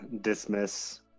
dismiss